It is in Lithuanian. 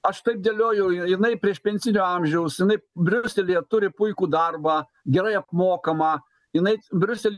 aš taip dėliojau jinai priešpensinio amžiaus jinai briuselyje turi puikų darbą gerai apmokamą jinai briusel